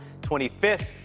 25th